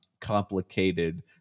Complicated